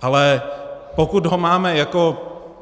Ale pokud máme